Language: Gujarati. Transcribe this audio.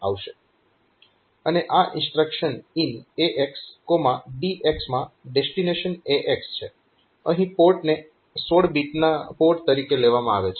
અને આ ઇન્સ્ટ્રક્શન IN AXDX માં ડેસ્ટીનેશન AX છે અહીં પોર્ટને 16 બીટના પોર્ટ તરીકે લેવામાં આવે છે